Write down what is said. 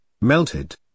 melted